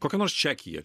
kokia nors čekija